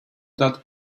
that